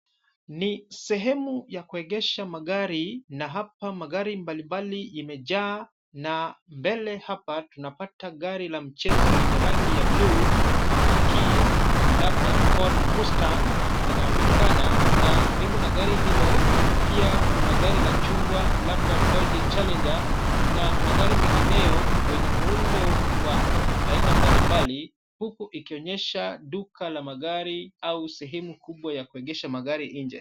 Ni sehemu ya kuegesha magari, na hapa magari mbalimbali yamejaa. Na mbele hapa tunapata gari la mchezo lenye rangi ya bluu takriban labda Ford Mustang. linaonekana na karibu na gari hilo, pia kuna gari la chungwa labda Dodge Challenger na magari mengineyo wenye muundo wa aina mbalimbali, huku ikionyesha duka la magari au sehemu kubwa ya kuegesha magari nje.